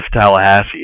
Tallahassee